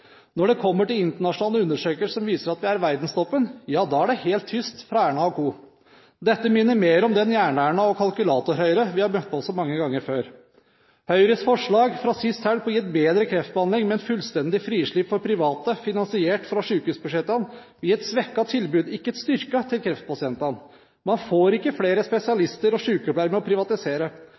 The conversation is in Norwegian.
Når det kommer til internasjonale undersøkelser som viser at vi er i verdenstoppen, ja da er det helt tyst fra Erna & co. Dette minner mer om den Jern-Erna og Kalkulator-Høyre som vi har møtt på så mange ganger før. Høyres forslag fra sist helg ville gitt bedre kreftbehandling. Men fullstendig frislipp for private, finansiert fra sykehusbudsjettene, vil gi et svekket tilbud – ikke et styrket – til kreftpasientene. Man får ikke flere spesialister og sykepleiere med å privatisere.